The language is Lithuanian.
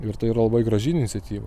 ir tai yra labai graži iniciatyva